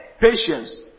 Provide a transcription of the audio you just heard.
patience